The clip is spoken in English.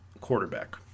quarterback